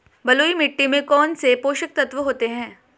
बलुई मिट्टी में कौनसे पोषक तत्व होते हैं?